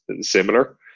similar